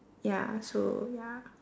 ya so ya